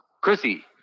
Chrissy